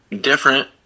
different